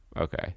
okay